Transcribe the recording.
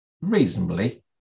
reasonably